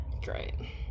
great